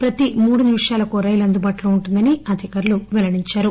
ప్రతి మూడు నిమిషాలకో రైలు అందుబాటులో ఉంటుందని అధికారులు పెల్లడించారు